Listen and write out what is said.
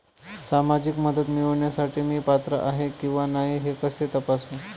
सामाजिक मदत मिळविण्यासाठी मी पात्र आहे किंवा नाही हे कसे तपासू?